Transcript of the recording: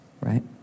right